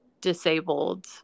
disabled